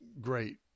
great